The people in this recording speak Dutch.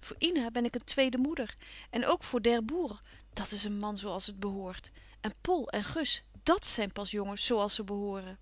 voor ina ben ik een tweede moeder en ook voor d'herbourg dat is een man zoo als het behoort en pol en gus dàt zijn pas jongens zoo als ze behooren